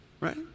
right